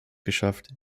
geschafft